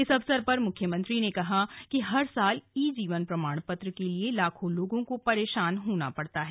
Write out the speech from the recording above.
इस अवसर पर मुख्यमंत्री ने कहा कि हर साल ई जीवन प्रमाण पत्र के लिए लाखों लोगों को परेशान होना पड़ता है